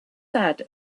sad